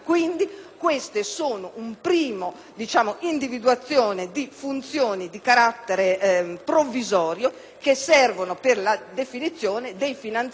quindi, una prima individuazione delle funzioni di carattere provvisorio, che servono per la definizione dei finanziamenti